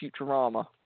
Futurama